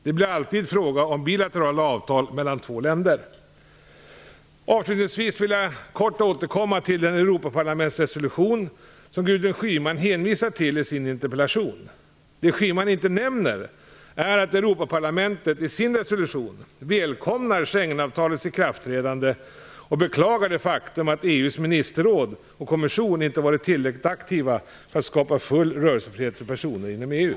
Det blir alltid fråga om bilaterala avtal mellan två länder. Avslutningsvis vill jag kort återkomma till den Europaparlamentsresolution som Gudrun Schyman hänvisar till i sin interpellation. Det Schyman inte nämner är att Europaparlamentet i sin resolution välkomnar Schengenavtalets ikraftträdande och beklagar det faktum att EU:s ministerråd och kommission inte varit tillräckligt aktiva för att skapa full rörelsefrihet för personer inom EU.